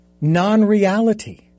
non-reality